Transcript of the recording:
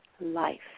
life